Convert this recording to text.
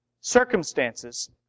circumstances